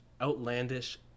outlandish